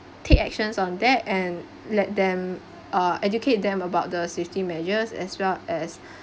take actions on that and let them uh educate them about the safety measures as well as